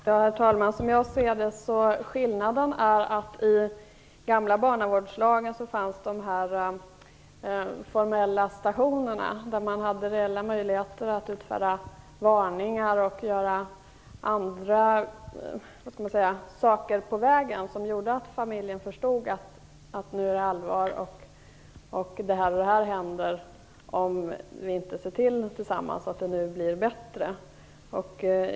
Herr talman! Som jag ser det är skillnaden att det i den gamla barnavårdslagen fanns formella stationer som gav reella möjligheter att utfärda varningar och göra annat på vägen. Det gjorde att familjen förstod att det var allvar och vad som skulle hända om man inte tillsammans såg till att det blev bättre.